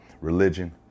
religion